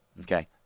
Okay